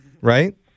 right